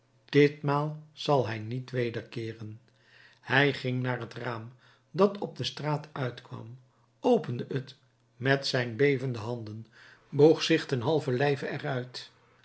ditmaal zal hij niet wederkeeren hij ging naar het raam dat op de straat uitkwam opende het met zijn bevende handen boog zich ten